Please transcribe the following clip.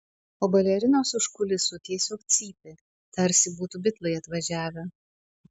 o balerinos už kulisų tiesiog cypė tarsi būtų bitlai atvažiavę